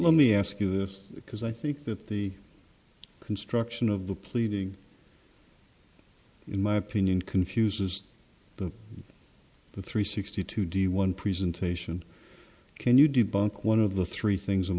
let me ask you this because i think that the construction of the pleading in my opinion confuses the three sixty two d one presentation can you do bank one of the three things i'm